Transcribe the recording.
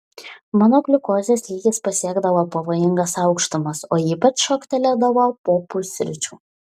mano gliukozės lygis pasiekdavo pavojingas aukštumas o ypač šoktelėdavo po pusryčių